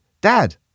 Dad